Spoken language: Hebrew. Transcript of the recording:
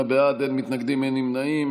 68 בעד, אין מתנגדים, אין נמנעים.